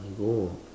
I go